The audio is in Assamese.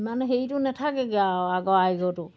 ইমান হেৰিটো নাথাকেগৈ আৰু আগৰ আগ্ৰহটো